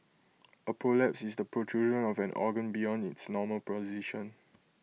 A prolapse is the protrusion of an organ beyond its normal position